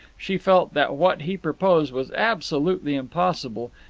she felt that what he proposed was absolutely impossible,